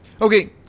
Okay